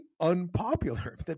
unpopular